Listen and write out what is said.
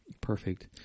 Perfect